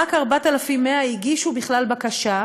רק 4,100 הגישו בכלל בקשה,